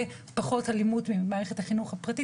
פחות אלימות מאשר במערכת החינוך הממלכתית.